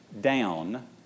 down